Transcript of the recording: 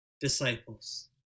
disciples